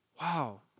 wow